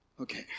Okay